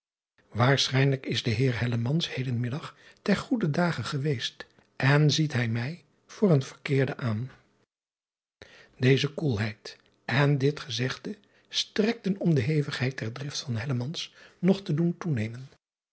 aarschijnlijk is de eer heden middag ter goeder dage geweest en ziet hij mij voor een verkeerden aan eze koelheid en dit gezegde strekten om de hevigheid der drift van nog te doen toenemen